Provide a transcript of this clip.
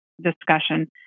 discussion